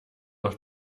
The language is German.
noch